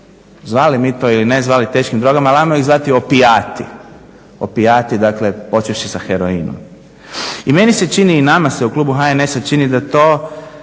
zvali mi to ili ne zvali teškim drogama, ali ajmo ih zvati opijati, dakle počevši sa heroinom. I meni se čini, i nama se u klubu HNS-a čini da to